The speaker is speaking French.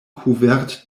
couvertes